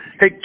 Hey